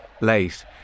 late